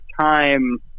time